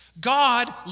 God